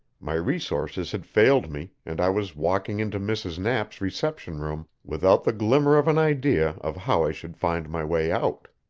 my resources had failed me, and i was walking into mrs. knapp's reception-room without the glimmer of an idea of how i should find my way out.